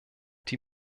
die